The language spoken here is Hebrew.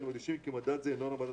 אנחנו מדגישים כי מדד זה אינו מדד